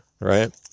right